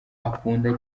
akunda